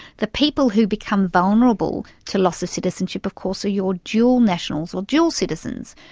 the people who become vulnerable to loss of citizenship of course are your dual nationals or dual citizens.